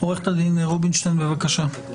עורכת הדין רובינשטיין, בבקשה.